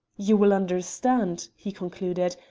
you will understand, he concluded,